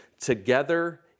together